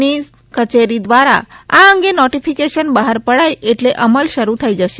ની કચેરી દ્વારા આ અંગે નોટિફિકેશન બહાર પડાય એટ્લે અમલ શરૂ થઈ જશે